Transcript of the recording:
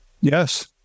Yes